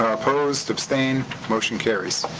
opposed? abstain? motion carries.